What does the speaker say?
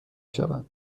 شوند